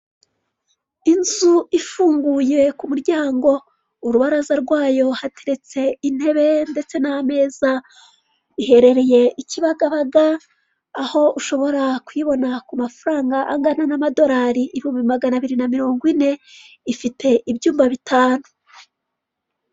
Inzu ifunguye ku muryango, urubaraza rwayo hateretse intebe ndetse n'ameza. Iherereye i Kibagabaga aho ushobora kuyibona ku mafaranga angana n'amadorari ibihumbi magana abiri na mirongo ine ifite ibyumba bitanu.